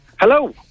Hello